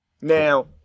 now